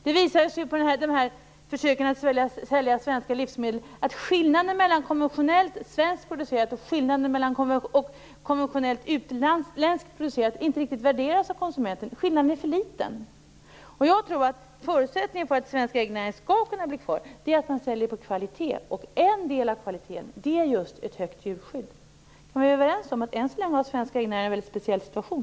Det har visat sig att skillnaden mellan konventionellt svenskt producerat livsmedel och konventionellt utländskt producerat livsmedel värderas inte riktigt av konsumenterna. Skillnaden är för liten. Förutsättningen för att den svenska äggnäringen skall kunna bli kvar är att man säljer på kvalitet. En del av denna kvalitet är just ett högt djurskydd. Kan vi vara överens om att än så länge har den svenska äggnäringen en väldigt speciell situation?